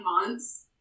months